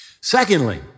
Secondly